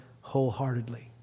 wholeheartedly